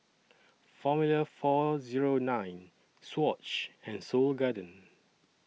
Formula four Zero nine Swatch and Seoul Garden